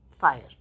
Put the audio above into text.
fire